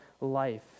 life